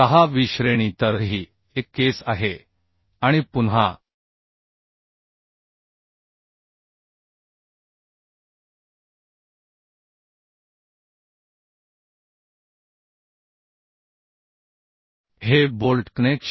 6वी श्रेणी तरही एक केस आहे आणि पुन्हा हे बोल्ट कनेक्शन आहे